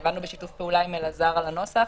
עבדנו בשיתוף פעולה עם אלעזר על הנוסח